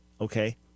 okay